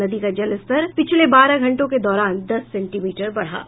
नदी का जलस्तर पिछले बारह घंटों के दौरान दस सेंटीमीटर बढ़ा है